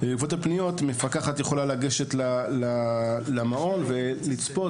ובעקבות הפניות מפקחת יכולה לגשת למעון ולצפות